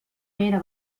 era